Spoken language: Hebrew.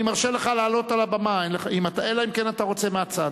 אני מרשה לך לעלות לבמה, אלא אם כן אתה רוצה מהצד.